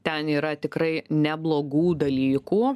ten yra tikrai neblogų dalykų